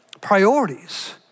priorities